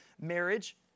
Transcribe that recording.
marriage